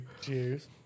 Cheers